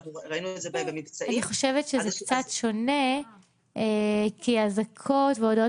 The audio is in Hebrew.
אנחנו ראינו את זה במבצעים --- אני חושבת שזה קצת שונה כי אזעקות והודעות